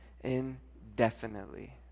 indefinitely